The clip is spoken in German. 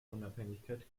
unabhängigkeit